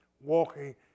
walking